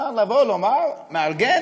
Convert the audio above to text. לבוא, לומר: מארגן